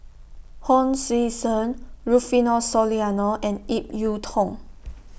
Hon Sui Sen Rufino Soliano and Ip Yiu Tung